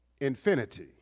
infinity